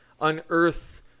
unearth